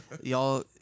y'all